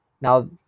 Now